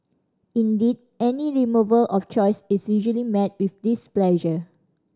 indeed any removal of choice is usually met with displeasure